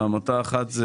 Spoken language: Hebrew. העמותה כי